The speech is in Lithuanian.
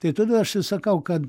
tai tada aš ir sakau kad